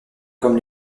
comme